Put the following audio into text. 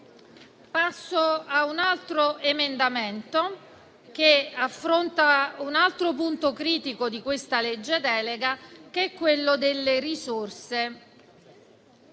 Passo a un altro emendamento che affronta un altro punto critico del disegno di legge delega, che è quello delle risorse.